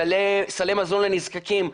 סלי מזון לנזקקים.